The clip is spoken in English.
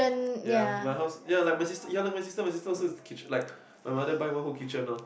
ya my house ya like my sister ya lah my sister my sister also catch like my mother buy one whole kitchen loh